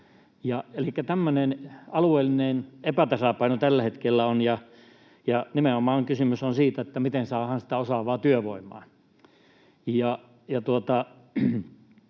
tämmöinen alueellinen epätasapaino tällä hetkellä on, ja kysymys on nimenomaan siitä, miten saadaan sitä osaavaa työvoimaa.